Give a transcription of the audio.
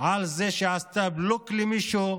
על זה שעשתה בלוק למישהו,